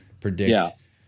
predict